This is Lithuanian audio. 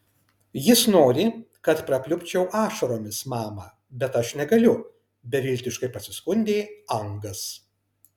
jis nori kad prapliupčiau ašaromis mama bet aš negaliu beviltiškai pasiskundė angas